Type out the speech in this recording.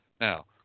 Now